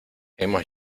hemos